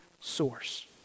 source